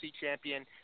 champion